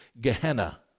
Gehenna